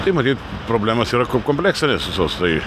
tai matyt problemos yra ko kompleksinės visos tai